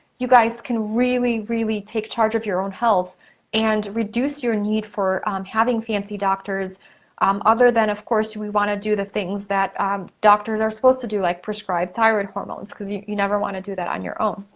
you guys can really, really, take charge of your own health and reduce your need for having fancy doctors um other than, of course, we wanna do the things that doctors are supposed to do, like prescribe thyroid hormones, cause you you never wanna do that on your own.